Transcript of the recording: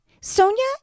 Sonia